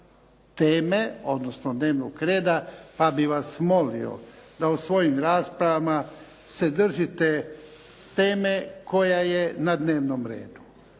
teme, odnosno dnevnog reda, pa bih vas molio da u svojim raspravama se držite teme koja je na dnevnom redu.